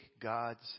God's